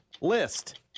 list